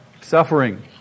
Suffering